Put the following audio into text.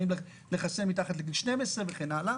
האם לחסן מתחת לגיל 12 וכן הלאה,